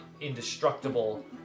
indestructible